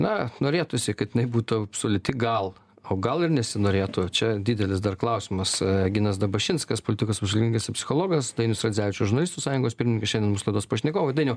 na norėtųsi kad jinai būtų absoliuti gal o gal ir nesinorėtų čia didelis dar klausimas ginas dabašinskas politikos apžvalgininkas ir psichologas dainius radzevičius žurnalistų sąjungos pirmininkas šiandien mūsų laidos pašnekovai dainiau